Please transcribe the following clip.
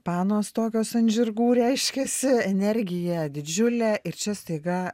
panos tokios ant žirgų reiškiasi energija didžiulė ir čia staiga